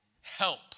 help